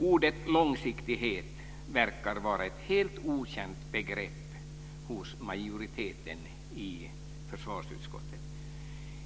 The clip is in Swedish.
Ordet långsiktighet verkar vara ett helt okänt begrepp hos majoriteten i försvarsutskottet.